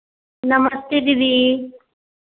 नमस्ते दीदी